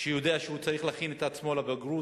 לפי הוואדיות,